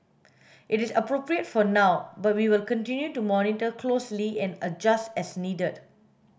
it is appropriate for now but we will continue to monitor closely and adjust as needed